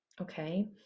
okay